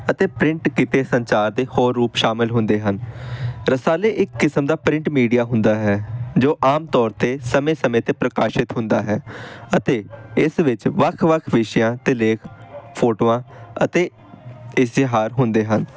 ਅਤੇ ਪ੍ਰਿੰਟ ਕੀਤੇ ਸੰਚਾਰ ਦੇ ਹੋਰ ਰੂਪ ਸ਼ਾਮਿਲ ਹੁੰਦੇ ਹਨ ਰਸਾਲੇ ਇੱਕ ਕਿਸਮ ਦਾ ਪ੍ਰਿੰਟ ਮੀਡੀਆ ਹੁੰਦਾ ਹੈ ਜੋ ਆਮ ਤੌਰ 'ਤੇ ਸਮੇਂ ਸਮੇਂ 'ਤੇ ਪ੍ਰਕਾਸ਼ਿਤ ਹੁੰਦਾ ਹੈ ਅਤੇ ਇਸ ਵਿੱਚ ਵੱਖ ਵੱਖ ਵਿਸ਼ਿਆਂ 'ਤੇ ਲੇਖ ਫੋਟੋਆਂ ਅਤੇ ਇਸ਼ਤਿਹਾਰ ਹੁੰਦੇ ਹਨ